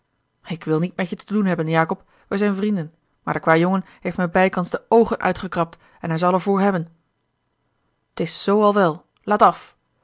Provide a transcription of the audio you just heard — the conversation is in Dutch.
ik wil niet met je te doen hebben jacob wij zijn vrienden maar de kwâjongen heeft me bijkans de oogen uitgekrabd en hij zal er voor hebben t is z al wel laat af